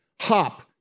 hop